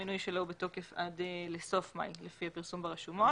המינוי שלו הוא בתוקף שלו הוא עד לסוף מאי לפי הפרסום ברשומות.